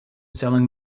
selling